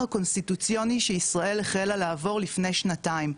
הקונסטיטוציוני שישראל החלה לעבור לפני שנתיים,